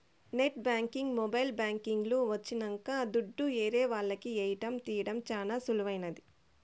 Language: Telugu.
నెట్ బ్యాంకింగ్ మొబైల్ బ్యాంకింగ్ లు వచ్చినంక దుడ్డు ఏరే వాళ్లకి ఏయడం తీయడం చానా సులువైంది